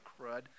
crud